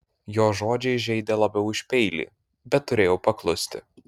jo žodžiai žeidė labiau už peilį bet turėjau paklusti